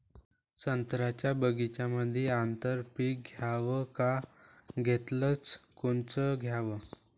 संत्र्याच्या बगीच्यामंदी आंतर पीक घ्याव का घेतलं च कोनचं घ्याव?